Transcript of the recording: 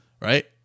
right